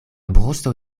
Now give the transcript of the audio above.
brusto